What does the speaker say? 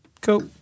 Cool